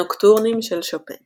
הנוקטורנים של שופן